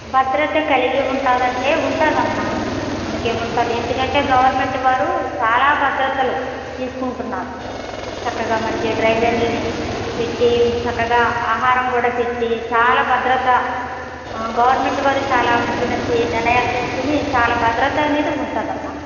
భద్రత కలిగి ఉంటుందా అంటే ఉంటుందమ్మా మనకి ఉంటుంది ఎందుకంటే గవర్నమెంట్ వారు చాలా భద్రతలు తీసుకుంటున్నారు చక్కగా ఈమధ్య డ్రైవర్లని పెట్టి చక్కగా ఆహారం కూడా పెట్టి చాలా భద్రత గవర్నమెంట్ వారు చాలా మంచి మంచి నిర్ణయాలు తీసుకుని చాలా భద్రత అనేది ఉంటుందమ్మా